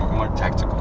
my